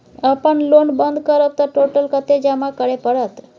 अपन लोन बंद करब त टोटल कत्ते जमा करे परत?